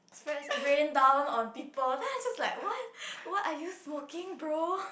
spreads rain down on people then I just like what what are you smoking bro